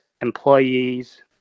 employees